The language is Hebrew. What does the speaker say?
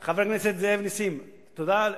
משאל עם לגבי, חבר הכנסת זאב נסים, תודה.